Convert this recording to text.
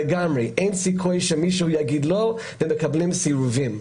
אין סיכוי שמישהו יגיד לא, ומקבלים סירובים.